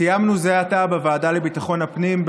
סיימנו זה עתה בוועדה לביטחון פנים,